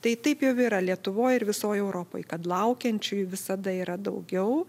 tai taip jau yra lietuvoj ir visoje europoj kad laukiančiųjų visada yra daugiau